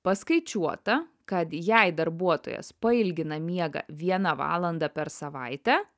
paskaičiuota kad jei darbuotojas pailgina miegą vieną valandą per savaitę